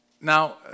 Now